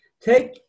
take